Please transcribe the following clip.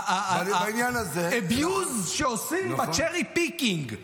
ה-abuse שעושים ב-cherry piking.